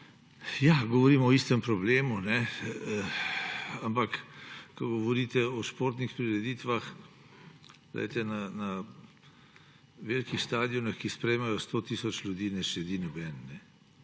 govorimo o istem problemu. Ampak, ko govorite o športnih prireditvah, glejte, na velikih stadionih, ki sprejmejo 100 tisoč ljudi, ne sedi noben;